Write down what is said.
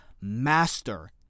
master